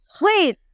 wait